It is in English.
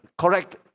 correct